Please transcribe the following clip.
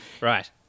Right